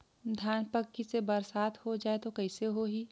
धान पक्की से बरसात हो जाय तो कइसे हो ही?